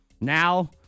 Now